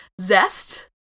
zest